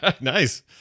Nice